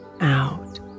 out